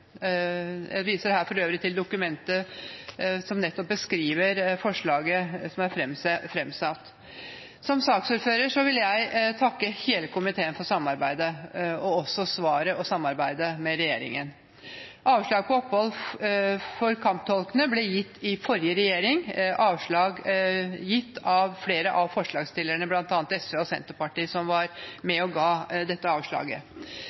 Jeg viser her for øvrig til dokumentet som nettopp beskriver forslaget som er fremsatt. Som saksordfører vil jeg takke hele komiteen for samarbeidet, og jeg vil også takke for svaret fra og samarbeidet med regjeringen. Avslag på opphold for kamptolkene ble gitt under forrige regjering. Dette var avslag som ble gitt av flere av forslagsstillerne, bl.a. SV og Senterpartiet, som var med og ga